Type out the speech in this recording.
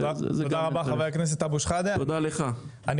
תודה רבה, חבר הכנסת אבו שחאדה.